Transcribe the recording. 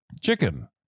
Chicken